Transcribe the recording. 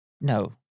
No